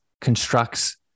constructs